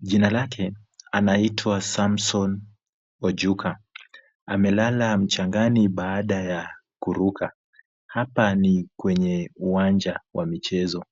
Jina lake anaitwa Samson Ojuka, amelala mchangani baada ya kuruka. Hapa ni kwenye uwanja wa michezo.